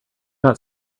got